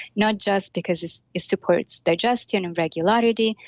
not just because it supports digestion and regularity.